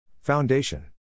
Foundation